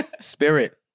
spirit